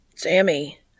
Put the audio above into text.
Sammy